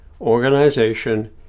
organization